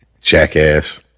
Jackass